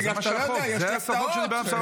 זה מה שהחוק, זה ההסכמות שדיבר עליהן שר